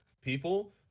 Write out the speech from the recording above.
people